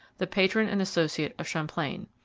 the patron and associate of champlain.